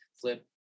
Flip